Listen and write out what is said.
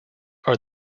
are